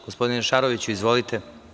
Gospodine Šaroviću, izvolite.